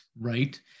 right